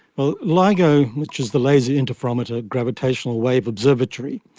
well, ligo, which is the laser interferometer gravitational-wave observatory,